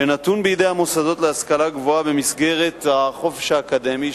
שנתון בידי המוסדות להשכלה גבוהה במסגרת החופש האקדמי,